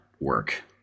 work